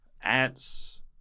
ants